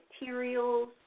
materials